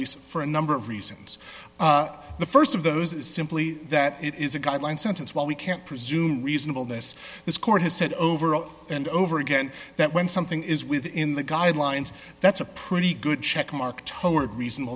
release for a number of reasons the st of those is simply that it is a guideline sentence when we can't presume reasonable this this court has said over and over again that when something is within the guidelines that's a pretty good checkmark toward reasonable